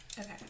Okay